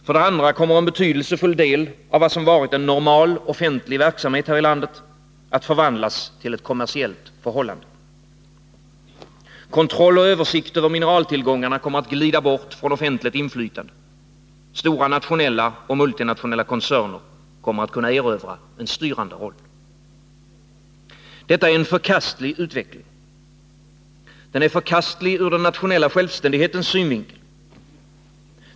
För det andra kommer en betydelsefull del av vad som varit en normal offentlig verksamhet här i landet att förvandlas till ett kommersiellt förhållande. Kontroll och översikt över mineraltillgångarna kommer att glida bort från offentligt inflytande. Stora nationella och multinationella koncerner kommer att kunna erövra en styrande roll. Detta är en förkastlig utveckling. Den är förkastlig ur den nationella självständighetens synvinkel.